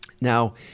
Now